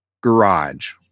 garage